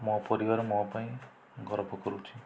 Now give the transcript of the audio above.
ମୋ ପରିବାର ମୋ ପାଇଁ ଗର୍ବ କରୁଛି